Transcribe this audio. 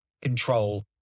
control